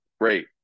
Great